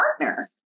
partner